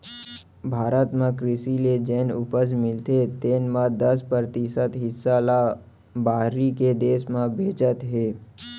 भारत म कृसि ले जेन उपज मिलथे तेन म दस परतिसत हिस्सा ल बाहिर के देस में भेजत हें